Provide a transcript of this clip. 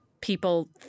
people